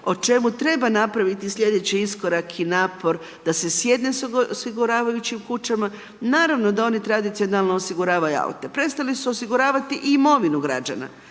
o čemu treba napraviti sljedeći iskorak i napor da se sjedne s osiguravajućim kućama. Naravno da oni tradicionalno osiguravaju aute, prestali su osiguravati i imovinu građana,